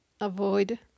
avoid